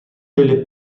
delle